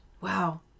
Wow